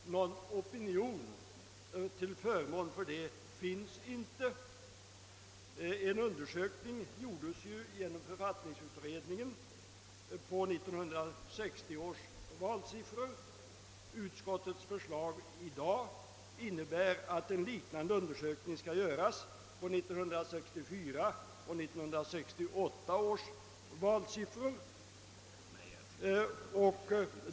Någon opinion till förmån för detta finns inte. Författningsutredningen företog en undersökning baserad på 1960 års valsiffor. Utskottets förslag i dag innebär att en liknande undersökning skall göras på basis av 1964 och 1968 års valsiffror.